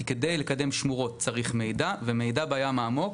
כי כדי לקדם שמורות צריך מידע, ומידע בים העמוק.